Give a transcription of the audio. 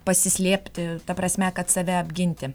pasislėpti ta prasme kad save apginti